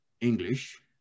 English